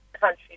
country